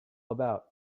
about